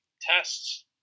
tests